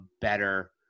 better